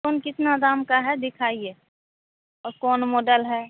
कौन कितना दाम का है दिखाइए और कौन मॉडल है